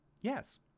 yes